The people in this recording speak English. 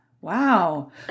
Wow